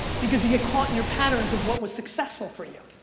because you get caught in your patterns of what was successful for you.